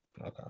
okay